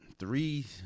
three